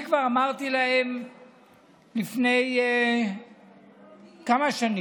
אני כבר אמרתי להם לפני כמה שנים,